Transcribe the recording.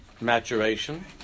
maturation